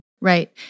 Right